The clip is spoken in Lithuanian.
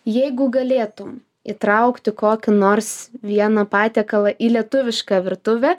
jeigu galėtum įtraukti kokį nors vieną patiekalą į lietuvišką virtuvę